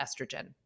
estrogen